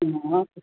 न